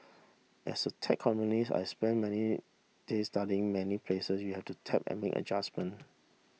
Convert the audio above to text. as a tech columnist I spent many days studying many place you have to tap and make adjustment